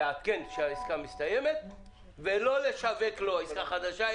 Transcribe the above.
לעדכן כשהעסקה מסתיימת ולא לשווק לו עסקה חדשה,